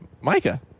micah